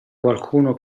qualcuno